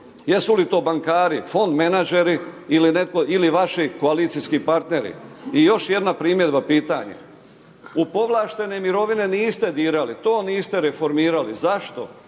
jesu li to bankari, fond menadžeri ili vaši koalicijski partneri? I još jedna primjedba pitanja. U povlaštene mirovine niste dirali, to niste reformirali, zašto?